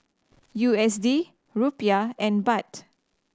U S D Rupiah and Baht